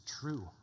true